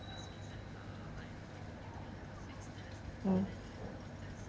mm